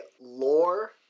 lore